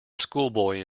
schoolboy